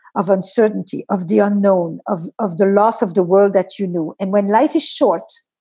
of uncertainty, of the unknown, of of the loss of the world that you knew, and when life is short,